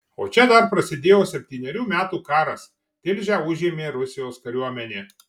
o čia dar prasidėjo septynerių metų karas tilžę užėmė rusijos kariuomenė